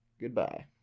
Goodbye